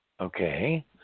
Okay